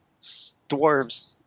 dwarves